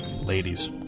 ladies